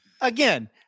again